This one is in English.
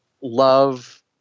love